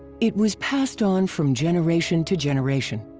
it was passed on from generation to generation.